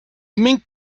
mink